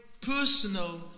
personal